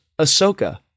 Ahsoka